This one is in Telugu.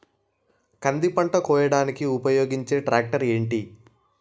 కంది పంట కోయడానికి ఉపయోగించే ట్రాక్టర్ ఏంటి?